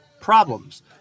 problems